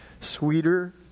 Sweeter